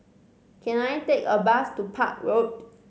can I take a bus to Park Road